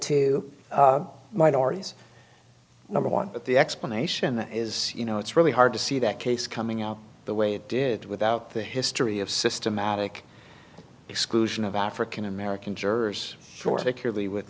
to minorities number one but the explanation is you know it's really hard to see that case coming out the way it did without the history of systematic exclusion of african american jurors sort of acutely with